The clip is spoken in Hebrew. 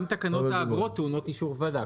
גם תקנות האגרות טעונות אישור ועדה.